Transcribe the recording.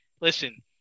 listen